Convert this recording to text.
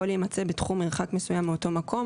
או להימצא בתחום מרחק מסוים מאותו מקום".